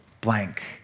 blank